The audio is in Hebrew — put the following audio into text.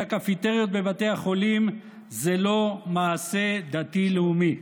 הקפיטריות בבתי החולים זה לא מעשה דתי-לאומי,